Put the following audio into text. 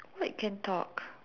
what I can talk